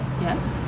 Yes